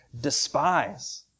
despise